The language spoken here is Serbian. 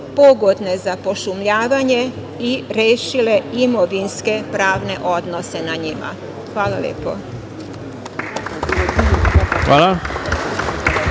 pogodne za pošumljavanje i rešile imovinsko-pravne odnose na njima? Hvala lepo. **Ivica